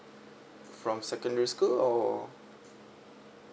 from secondary school or